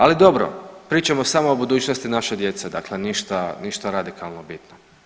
Ali dobro, pričamo samo o budućnosti naše djece, dakle ništa radikalno bitno.